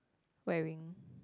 wearing